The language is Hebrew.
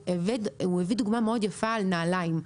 הוא הביא דוגמה מאוד יפה על נעליים.